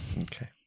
Okay